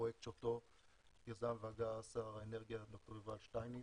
פרויקט שאותו יזם והגה שר האנרגיה ד"ר יובל שטייניץ,